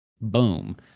boom